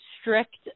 strict